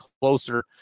closer